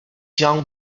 young